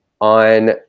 on